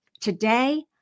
Today